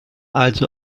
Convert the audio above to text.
also